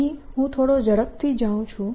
અહીં હું થોડો ઝડપથી જાઉં છું